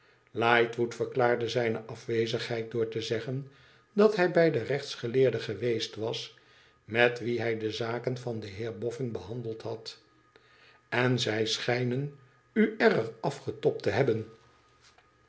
lightwood verklaarde zijne afwezigheid door te zeggen dat hij bij den rechtsgeleerde geweest was met wien hij de zaken van den heer bofn behandeld had n zij schijnen u erg afgetobd te hebben